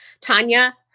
Tanya